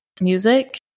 Music